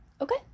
Okay